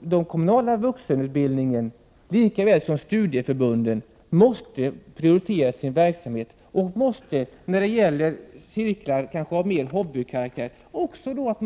den kommunala vuxenutbildningen lika väl som studieförbunden måste prioritera i sin verksamhet, så att cirklar av mer hobbykaraktär får kosta litet mer.